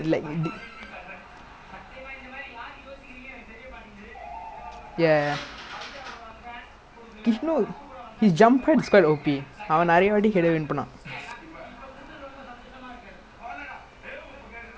okay lah but kishore is like mostly the header is kishore or irene lah but I also never really hit header all lah but usually I use like I can do the gate you know the you know the [one] like you you move your your trailing leg back then you block the pass